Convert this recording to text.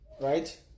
right